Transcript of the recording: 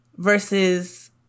versus